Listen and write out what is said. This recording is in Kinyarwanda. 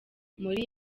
muri